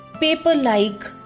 paper-like